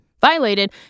violated